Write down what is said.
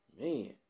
Man